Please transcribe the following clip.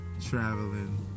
traveling